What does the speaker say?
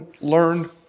learn